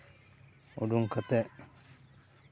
ᱩᱸᱰᱩᱝ ᱠᱟᱛᱮᱫ